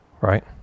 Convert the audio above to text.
right